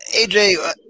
AJ